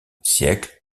siècle